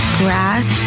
grass